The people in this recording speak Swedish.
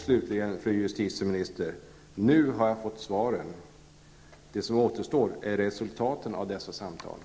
Slutligen, fru justitieminister! Nu har jag fått svaren. Det som återstår är resultaten av samtalen.